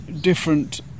different